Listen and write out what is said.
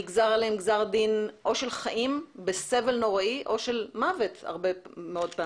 ולכן נגזר עליהם גזר דין של חיים בסבל נוראי או של מוות במקרים רבים?